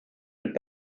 mit